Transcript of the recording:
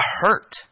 hurt